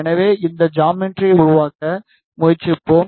எனவே இந்த ஜாமெட்ரியை உருவாக்க முயற்சிப்போம்